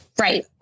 Right